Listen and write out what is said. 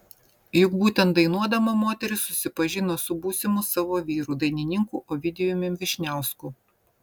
juk būtent dainuodama moteris susipažino su būsimu savo vyru dainininku ovidijumi vyšniausku